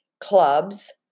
clubs